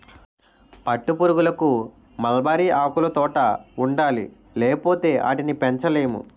పట్టుపురుగులకు మల్బరీ ఆకులుతోట ఉండాలి లేపోతే ఆటిని పెంచలేము